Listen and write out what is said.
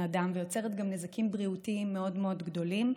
אדם ויוצר גם נזקים בריאותיים מאוד מאוד גדולים.